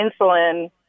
insulin